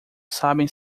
sabem